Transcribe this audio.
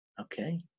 okay